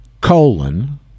colon